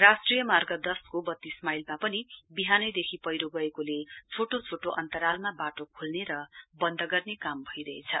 राष्ट्रिय मार्ग दशको वत्तीस माईलमा पनि विहानदेखि पैह्रो गएकोले छोटो छोटो अन्तराल पछि वाटो खोल्ने र वन्द गर्ने काम भइरहेछ